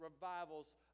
revivals